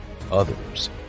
Others